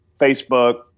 Facebook